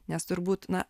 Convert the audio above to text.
nes turbūt na